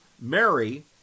Mary